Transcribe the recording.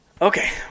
Okay